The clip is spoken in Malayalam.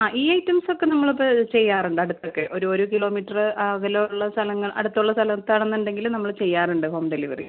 ഈ ഐറ്റംസൊക്കെ നമ്മളത് ചെയ്യാറുണ്ട് അടുത്തൊക്കെ ഒരു കിലോമീറ്റര് അകലമുള്ള സ്ഥലങ്ങൾ അടുത്തുള്ള സ്ഥലത്താണെന്നുണ്ടെങ്കില് നമ്മള് ചെയ്യാറുണ്ട് ഹോം ഡെലിവറി